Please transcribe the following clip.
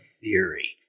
theory